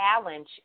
challenge